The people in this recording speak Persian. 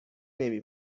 نمی